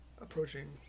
approaching